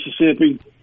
Mississippi